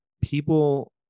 people